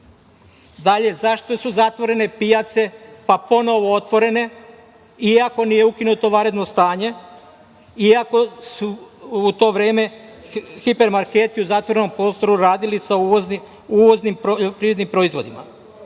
mleka? Dalje, zašto su zatvorene pijace, pa ponovo otvorene iako nije ukinuto vanredno stanje, iako su u to vreme hiper marketi u zatvorenom prostoru radili sa uvoznim poljoprivrednim proizvodima?